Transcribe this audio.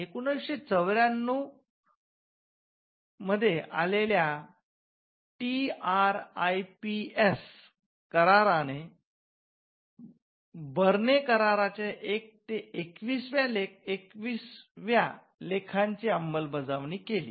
१९९४ आलेल्या टीआरआयपीएस कराराने बर्ने कराराच्या १ ते २१ व्या लेखांची अंमलबजावणी केली